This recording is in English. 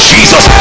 Jesus